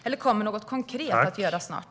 Eller kommer något konkret att göras snart?